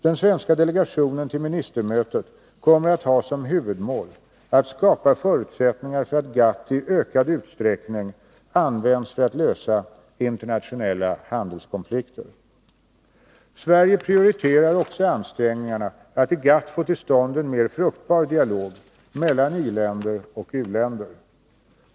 Den svenska delegationen till ministermötet kommer att ha som huvudmål att skapa förutsättningar för att GATT i ökad utträckning används för att lösa internationella handelskonflikter. Sverige prioriterar också ansträngningarna att i GATT få till stånd en mer fruktbar dialog mellan i-länder och u-länder.